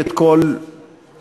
את כל החולָיים,